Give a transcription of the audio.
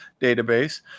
database